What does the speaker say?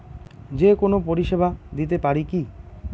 যে কোনো পরিষেবা দিতে পারি কি?